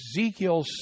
Ezekiel